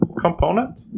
component